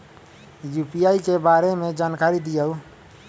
UPI के बारे में जानकारी दियौ?